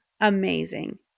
amazing